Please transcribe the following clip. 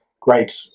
great